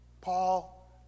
Paul